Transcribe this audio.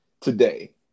today